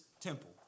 temple